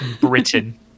Britain